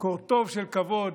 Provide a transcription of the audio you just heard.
קורטוב של כבוד,